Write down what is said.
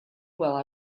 while